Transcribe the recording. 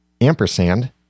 ampersand